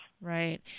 Right